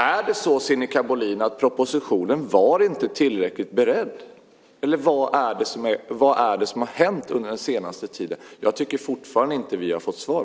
Är det så, Sinikka Bohlin, att propositionen inte var tillräckligt beredd? Eller vad är det som har hänt under den senaste tiden? Jag tycker fortfarande inte att vi har fått svar.